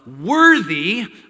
worthy